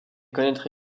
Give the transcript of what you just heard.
connaître